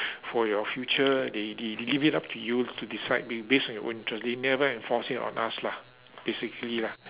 for your future they they they leave it up to you to decide ba~ based on your own interest they never enforce it on us lah basically lah